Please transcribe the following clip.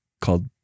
called